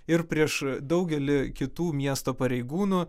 ir prieš daugelį kitų miesto pareigūnų